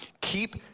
Keep